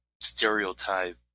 stereotype